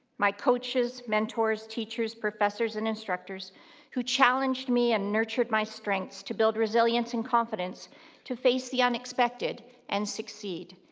my coaches, mentors teachers, professors and instructors who challenged me and nurtured my strengths to build resilience and confidence to face the unexpected and succeed.